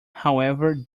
however